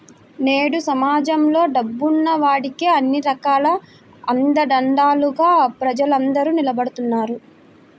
నేడు సమాజంలో డబ్బున్న వాడికే అన్ని రకాల అండదండలుగా ప్రజలందరూ నిలబడుతున్నారు